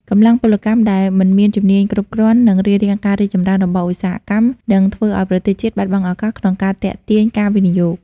កម្លាំងពលកម្មដែលមិនមានជំនាញគ្រប់គ្រាន់នឹងរារាំងការរីកចម្រើនរបស់ឧស្សាហកម្ម និងធ្វើឱ្យប្រទេសជាតិបាត់បង់ឱកាសក្នុងការទាក់ទាញការវិនិយោគ។